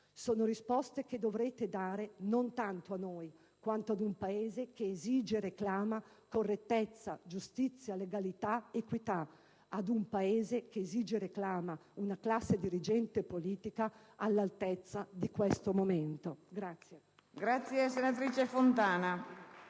Sono risposte che dovrete dare non tanto a noi, quanto ad un Paese che esige e reclama correttezza, giustizia, legalità ed equità; ad un Paese che esige e reclama una classe dirigente e politica all'altezza di questo momento.